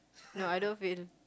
no I don't feel